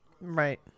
Right